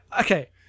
okay